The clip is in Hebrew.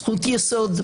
זכות יסוד,